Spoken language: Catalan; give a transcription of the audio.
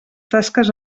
tasques